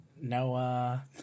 Noah